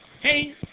hey